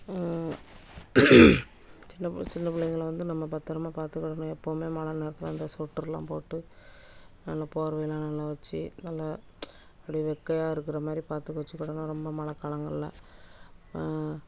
சின்ன பிள்ள சின்ன பிள்ளைங்கள வந்து நம்ம பத்திரமா பார்த்துக்கிடணும் எப்போவும் மழை நேரத்தில் இந்த ஸொட்டர்லாம் போட்டு நல்லா போர்வைலாம் நல்லா வச்சி நல்லா அப்படி வெட்கையா இருக்கிற மாதிரி பார்த்து வச்சிக்கிடணும் ரொம்ப மழை காலங்களில்